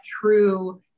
true